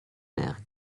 berg